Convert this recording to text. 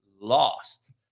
lost